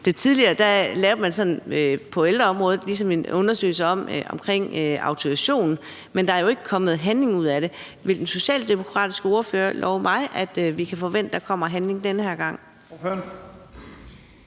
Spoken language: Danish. tidligere ligesom lavede en undersøgelse af autorisationen, men der er jo ikke kommet handling ud af det. Vil den socialdemokratiske ordfører love mig, at vi kan forvente, at der kommer handling den her gang?